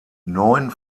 neun